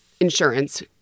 insurance